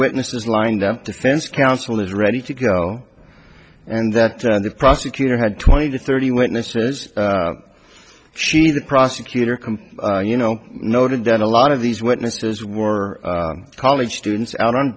witnesses lined up defense counsel is ready to go and that the prosecutor had twenty to thirty witnesses she the prosecutor can you know noted that a lot of these witnesses were college students out on